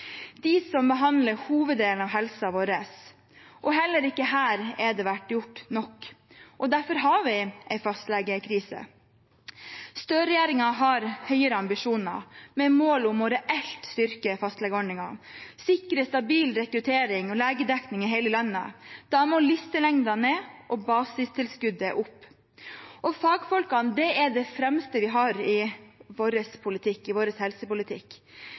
de som behandler hoveddelen av helsen vår. Heller ikke her har det vært gjort nok, og derfor har vi en fastlegekrise. Støre-regjeringen har høyere ambisjoner med mål om å styrke fastlegeordningen reelt, sikre stabil rekruttering og legedekning i hele landet. Da må listelengden ned og basistilskuddet opp. Fagfolkene er det fremste vi har i vår